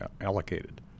allocated